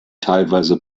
teilweise